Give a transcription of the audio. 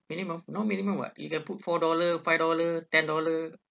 minimum no minimum [what] you can put four dollar five dollar ten dollar